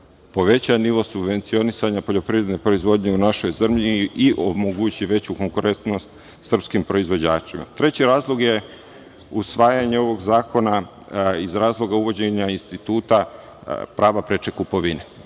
poveća nivo subvencionisanja poljoprivredne proizvodnje u našoj zemlji i omogući veću konkurentnost srpskim proizvođačima. Treći razlog je usvajanje ovog Zakona iz razloga uvođenja instituta prava preče kupovine.